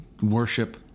worship